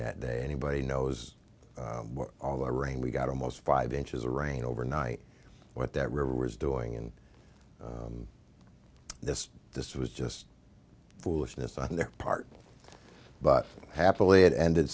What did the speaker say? that day anybody knows what all the rain we got almost five inches of rain overnight what that river was doing and this this was just foolishness on their part but happily it ended